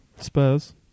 Spurs